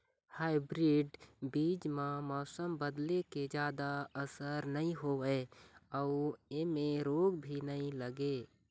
hybrid बीज म मौसम बदले के जादा असर नई होवे अऊ ऐमें रोग भी नई लगे